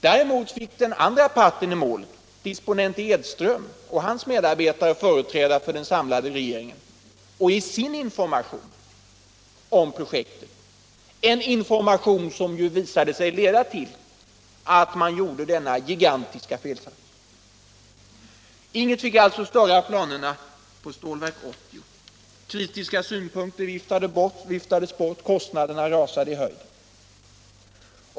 Däremot fick den andra parten i målet, disponent Edström och hans medarbetare, framträda inför den samlade regeringen och ge sin information om projektet — en information som visade sig leda till att man gjorde denna gigantiska felsatsning. Inget fick alltså störa planerna på ett Stålverk 80. Kritiska synpunkter viftades bort. Kostnaderna rusade i höjden.